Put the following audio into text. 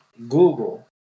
Google